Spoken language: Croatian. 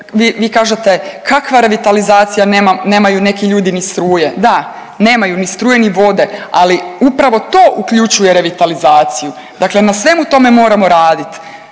vi kažete kakva revitalizacija nemaju neki ljudi ni struje. Da, nemaju ni struje ni vode, ali upravo to uključuje revitalizaciju. Dakle, na svemu tome moramo raditi.